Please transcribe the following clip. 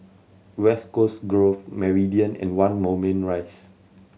West Coast Grove Meridian and One Moulmein Rise